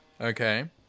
Okay